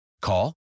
Call